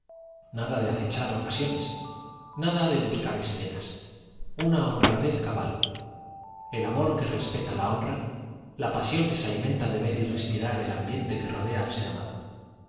nada de acechar ocasiones nada de buscar escenas una honradez cabal el amor que respeta la honra la pasión que se alimenta de ver y respirar el ambiente que rodea al ser amado